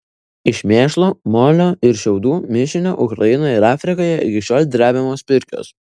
iš mėšlo molio ir šiaudų mišinio ukrainoje ir afrikoje iki šiol drebiamos pirkios